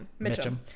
Mitchum